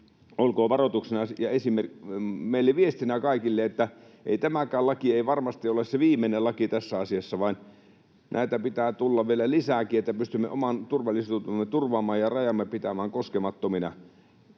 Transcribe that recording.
olkoon varoituksena ja viestinä meille kaikille, että ei tämäkään laki varmasti ole se viimeinen laki tässä asiassa, vaan näitä pitää tulla vielä lisääkin, että pystymme oman turvallisuutemme turvaamaan ja rajamme pitämään koskemattomina.